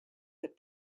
that